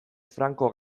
franco